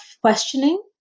questioning